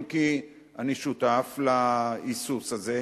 אם כי אני שותף להיסוס הזה,